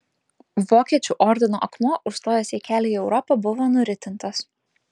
vokiečių ordino akmuo užstojęs jai kelią į europą buvo nuritintas